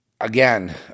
again